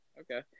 Okay